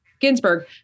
Ginsburg